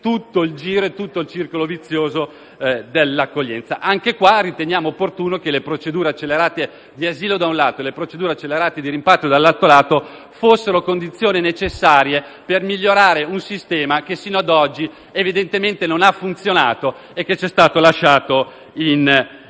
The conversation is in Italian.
circolo vizioso, tutto il sistema dell'accoglienza. Anche a tale proposito riteniamo opportuno che le procedure accelerate di asilo, da un lato, e le procedure accelerate di rimpatrio, dall'altro, fossero condizioni necessarie per migliorare un sistema che sino ad oggi evidentemente non ha funzionato e che ci è stato lasciato in